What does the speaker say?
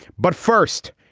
but first,